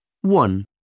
One